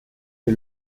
des